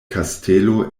kastelo